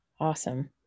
awesome